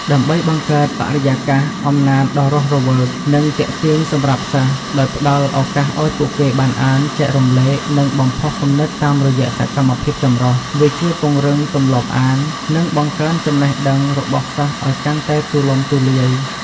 ដើម្បីបង្កើតបរិយាកាសអំណានដ៏រស់រវើក និងទាក់ទាញសម្រាប់សិស្ស ដោយផ្តល់ឱកាសឱ្យពួកគេបានអាន ចែករំលែក និងបំផុសគំនិតតាមរយៈសកម្មភាពចម្រុះ វាជួយពង្រឹងទម្លាប់អាន និង បង្កើនចំណេះដឹង របស់សិស្សឱ្យកាន់តែទូលំទូលាយ។